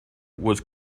was